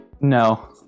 No